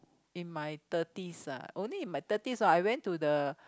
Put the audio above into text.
in my thirties ah only in my thirties ah I went to the